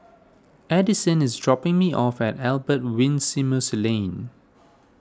Addisyn is dropping me off at Albert Winsemius Lane